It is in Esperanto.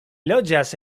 loĝas